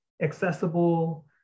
accessible